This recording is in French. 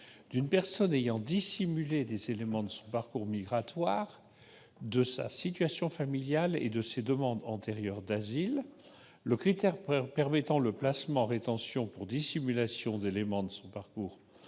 d'une personne ayant dissimulé des éléments de son parcours migratoire, de sa situation familiale et de ses demandes antérieures d'asile. Le critère permettant le placement en rétention pour dissimulation d'éléments de son parcours migratoire